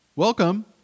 Welcome